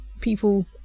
people